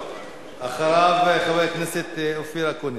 אחריו, חבר הכנסת אופיר אקוניס.